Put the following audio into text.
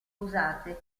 usate